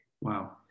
wow